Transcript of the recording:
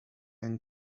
and